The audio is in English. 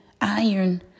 iron